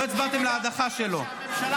לא הצבעתם על הדחה שלו.